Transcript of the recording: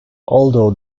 although